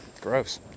Gross